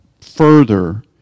further